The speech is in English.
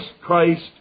Christ